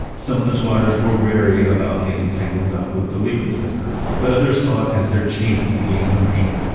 some of the squatters were wary about getting tangled up with the legal system, but others saw it as their chance to gain ownership.